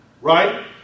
right